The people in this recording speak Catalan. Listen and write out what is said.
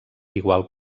igual